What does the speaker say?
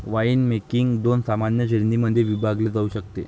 winemaking दोन सामान्य श्रेणीं मध्ये विभागले जाऊ शकते